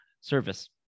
service